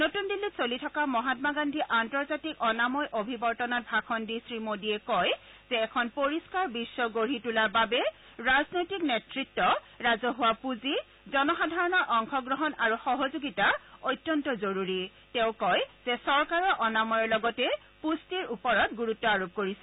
নতুন দিল্লীত চলি থকা মহাম্মা গান্ধী আন্তৰ্জাতিক অনাময় অভিৱৰ্তনত ভাষণ দি শ্ৰীমোদীয়ে কয় যে এখন পৰিষ্ণাৰ বিষ্ণ গঢ়ি তোলাৰ বাবে ৰাজনৈতিক নেতৃত্ব ৰাজহুৱা পুঁজি জনসাধাৰণৰ অংশগ্ৰহণ আৰু সহযোগিতা অত্যন্ত জৰুৰী তেওঁ কয় যে চৰকাৰেৰ অনমায়ৰ লগতে পুষ্টিৰ ওপৰত গুৰুত্ব আৰোপ কৰিছে